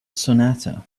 sonata